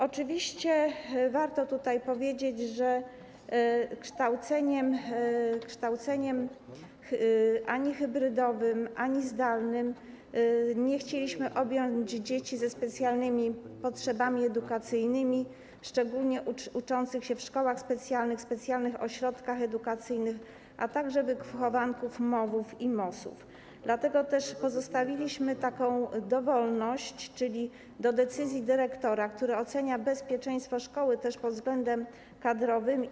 Oczywiście warto powiedzieć, że kształceniem ani hybrydowym, ani zdalnym nie chcieliśmy objąć dzieci ze specjalnymi potrzebami edukacyjnymi, szczególnie uczących się w szkołach specjalnych, w specjalnych ośrodkach edukacyjnych, a także wychowanków MOW-ów i MOS-ów, dlatego też pozostawiliśmy dowolność, czyli pozostawiliśmy to do decyzji dyrektora, który ocenia bezpieczeństwo szkoły pod względem kadrowym.